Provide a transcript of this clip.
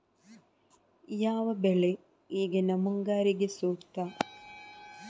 ಯಾವ ಬೆಳೆ ಈಗಿನ ಮುಂಗಾರಿಗೆ ಸೂಕ್ತ?